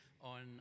on